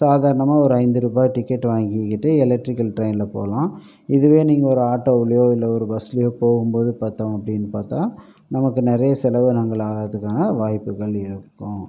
சாதாரணமாக ஒரு ஐந்து ருபாய் டிக்கெட் வாங்கிகிட்டு எலக்ட்ரிகல் ட்ரெயினில் போகலாம் இதுவே நீங்கள் ஒரு ஆட்டோவிலயோ இல்லை ஒரு பஸ்லேயோ போகும் போது பார்த்தோம் அப்படினு பார்த்தா நமக்கு நிறைய செலவினங்கள் ஆகிறத்துக்கான வாய்ப்புகள் இருக்கும்